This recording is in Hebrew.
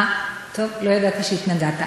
אה, טוב, לא ידעתי שהתנגדת.